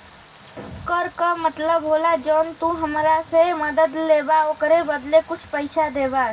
कर का मतलब होला जौन तू हमरा से मदद लेबा ओकरे बदले कुछ पइसा देबा